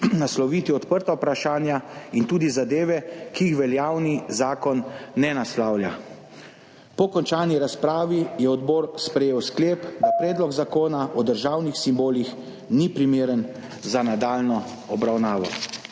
nasloviti odprta vprašanja in tudi zadeve, ki jih veljavni zakon ne naslavlja. Po končani razpravi je odbor sprejel sklep, da Predlog zakona o državnih simbolih ni primeren za nadaljnjo obravnavo.